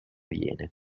viene